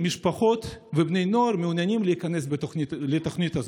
משפחות ובני נוער מעוניינים להיכנס לתוכנית הזאת.